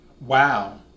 Wow